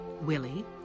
Willie